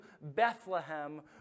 Bethlehem